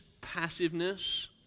passiveness